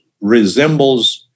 resembles